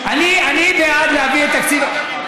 נדון על זה.